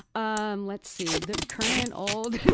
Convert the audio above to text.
um, let's see. the current, old?